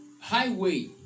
highway